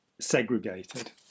segregated